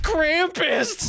Krampus